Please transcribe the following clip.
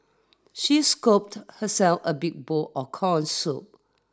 she scooped herself a big bowl of corn soup